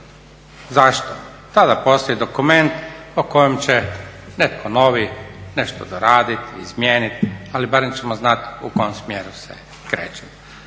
Zašto? Tada postoji dokument o kojem će netko novi nešto doradit, izmijenit ali barem ćemo znati u kojem smjeru se krećemo.